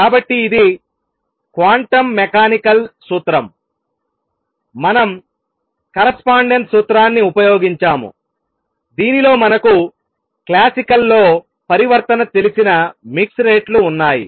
కాబట్టి ఇది quantum mechanical సూత్రం మనం కరస్పాండెన్స్ సూత్రాన్ని ఉపయోగించాము దీనిలో మనకు క్లాసికల్లో పరివర్తన తెలిసిన మిక్స్ రేట్లు ఉన్నాయి